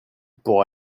pour